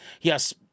Yes